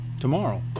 tomorrow